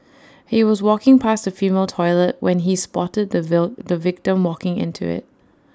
he was walking past the female toilet when he spotted the view the victim walking into IT